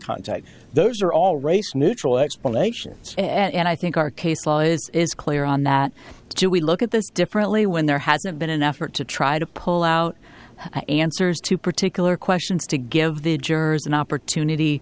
contact those are all race neutral explanations and i think our case law is clear on that too we look at this differently when there hasn't been an effort to try to pull out answers to particular questions to give the jurors an opportunity